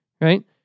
right